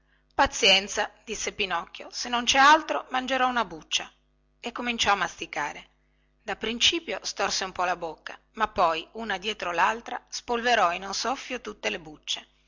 pazienza disse pinocchio se non cè altro mangerò una buccia e cominciò a masticare da principio storse un po la bocca ma poi una dietro laltra spolverò in un soffio tutte le bucce